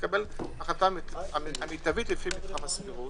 לקבל את ההחלטה המיטבית ברמת הסבירות,